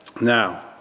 Now